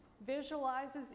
visualizes